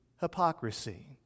hypocrisy